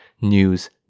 news